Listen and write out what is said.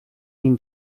nim